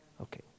Okay